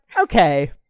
okay